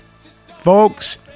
Folks